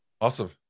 awesome